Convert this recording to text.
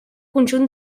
conjunt